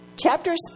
chapters